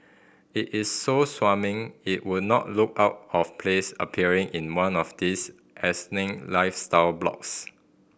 it is so smarmy it would not look out of place appearing in one of these asinine lifestyle blogs